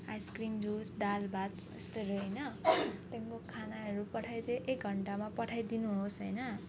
ice cream juice दाल भात यस्तोहरू होइन त्यहाँदेखिको खानाहरू पठाइदिए एक घन्टामा पठाइदिनु होस् होइन